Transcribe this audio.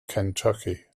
kentucky